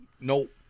nope